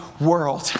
world